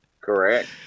Correct